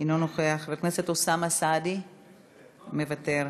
אינו נוכח, חבר הכנסת אוסאמה סעדי, מוותר,